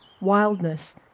Wildness